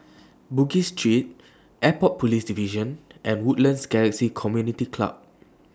Bugis Street Airport Police Division and Woodlands Galaxy Community Club